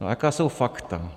A jaká jsou fakta?